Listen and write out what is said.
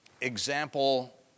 example